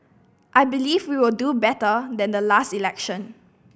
I believe we will do better than the last election